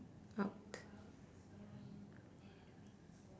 out